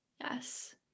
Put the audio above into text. Yes